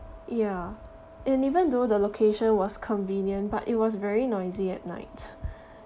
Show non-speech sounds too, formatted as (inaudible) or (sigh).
ya and even though the location was convenient but it was very noisy at night (laughs)